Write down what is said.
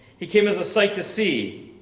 he came as a sight to see,